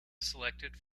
selected